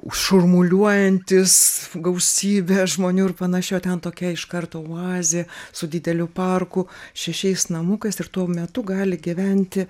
šurmuliuojantis gausybe žmonių ir panašiai o ten tokia iš karto oazė su dideliu parku šešiais namukais ir tuo metu gali gyventi